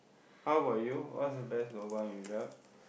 how about you what's the best lobang you got